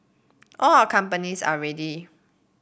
all our companies are ready